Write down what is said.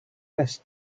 this